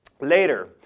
later